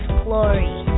glory